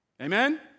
Amen